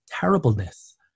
terribleness